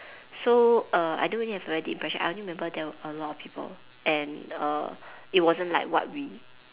so err I don't really have a very deep impression I only remember there were a lot of people and err it wasn't like what we